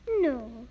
No